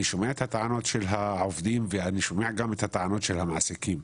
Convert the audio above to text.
אני שומע את הטענות של העובדים ואני שומע גם את הטענות של המעסיקים.